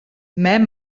mem